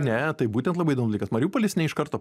ne tai būtent labai įdomus dalykas mariupolis ne iš karto